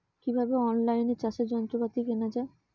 কিভাবে অন লাইনে চাষের যন্ত্রপাতি কেনা য়ায়?